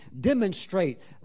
demonstrate